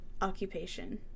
occupation